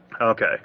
Okay